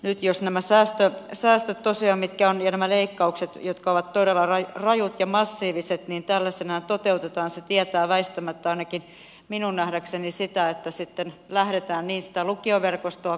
nyt jos nämä säästöt tosiaan ja nämä leik kaukset jotka ovat todella rajut ja massiiviset tällaisinaan toteutetaan se tietää väistämättä ainakin minun nähdäkseni sitä että sitten lähdetään lukioverkostoa karsimaan